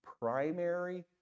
primary